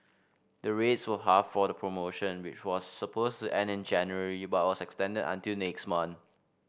the rates were halved for the promotion which was supposed to end in January but was extended until next month